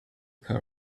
her